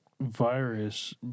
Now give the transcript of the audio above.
virus